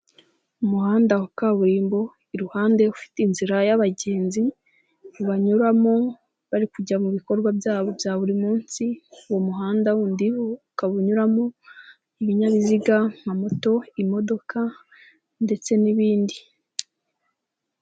Umuhanda wa kaburimbo, iruhande ufite inzira y'abagenzi banyuramo bari kujya mu bikorwa byabo bya buri munsi, uwo muhanda w'undi ukaba unyuramo ibinyabiziga nka moto, imodoka ndetse n'ibindi.